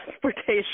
transportation